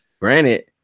Granted